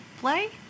play